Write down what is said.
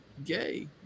Gay